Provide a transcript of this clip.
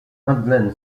madeleine